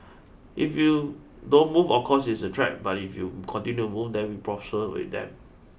if you don't move of course it's a threat but if you continue to move then we prosper with them